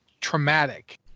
traumatic